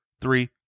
three